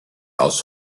aus